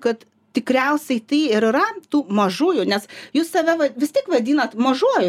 kad tikriausiai tai ir yra tų mažųjų nes jūs save vis tiek vadinat mažuoju